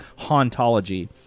hauntology